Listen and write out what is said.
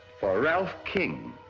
ralph king,